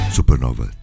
Supernova